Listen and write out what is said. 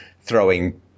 throwing